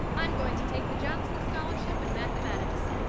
i'm going to take the johnson scholarship in mathematics,